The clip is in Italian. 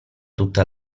tutta